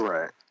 Right